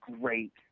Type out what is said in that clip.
great